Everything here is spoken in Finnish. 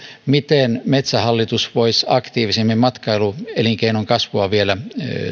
miten metsähallitus voisi aktiivisemmin matkailuelinkeinon kasvua vielä